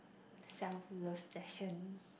self love session